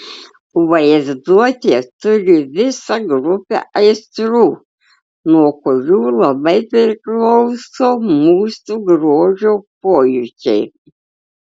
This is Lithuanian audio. vaizduotė turi visą grupę aistrų nuo kurių labai priklauso mūsų grožio pojūčiai